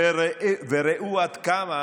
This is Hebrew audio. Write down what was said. וראו כמה